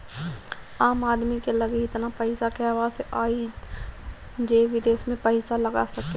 आम आदमी की लगे एतना पईसा कहवा से आई जे विदेश में पईसा लगा सके